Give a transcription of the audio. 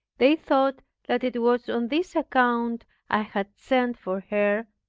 they thought that it was on this account i had sent for her,